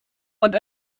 und